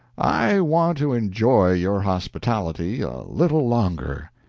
i want to enjoy your hospitality a little longer.